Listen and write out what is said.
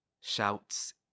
shouts